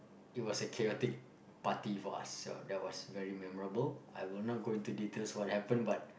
it was a chaotic party for us so that was very memorable I will not go into details what happened but